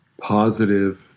positive